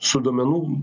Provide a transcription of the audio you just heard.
su duomenų